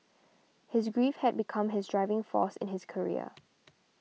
his grief had become his driving force in his career